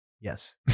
yes